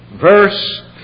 Verse